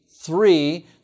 Three